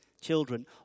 children